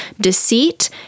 deceit